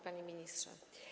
Panie Ministrze!